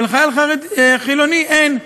ולחייל חילוני אין?